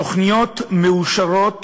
תוכניות מאושרות